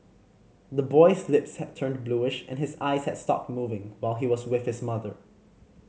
the boy's lips had turned bluish and his eyes has stopped moving while he was with his mother